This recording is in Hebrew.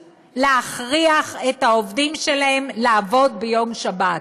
להכריח את העובדים שלהם לעבוד ביום שבת.